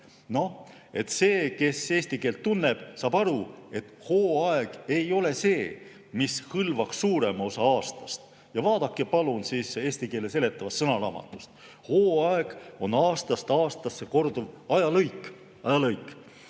See, kes eesti keelt tunneb, saab aru, et hooaeg ei ole see, mis hõlvab suurema osa aastast. Vaadake palun eesti keele seletavast sõnaraamatust: "Hooaeg on aastast aastasse korduv ajalõik, ajalõik,